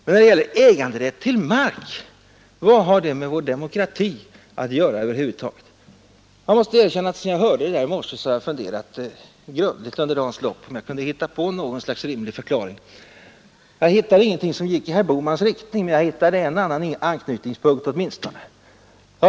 Men när det gäller äganderätt till mark måste frågas vad det har med vår demokrati över huvud taget att göra? Jag måste erkänna att sedan jag hörde detta i morse, har jag under dagens lopp funderat grundligt, om jag kunde hitta på något slags rimlig förklaring. Jag hittade ingenting som gick i herr Bohmans riktning, men jag hittade åtminstone en annan anknytningspunkt.